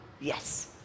Yes